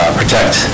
protect